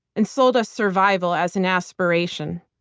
and sold us survival as an aspiration.